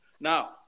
Now